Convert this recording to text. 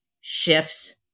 shifts